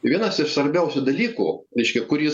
vienas iš svarbiausių dalykų reiškia kuris